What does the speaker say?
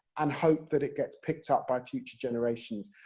and hope that it gets picked up by future generations.